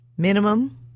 Minimum